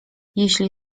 jeśli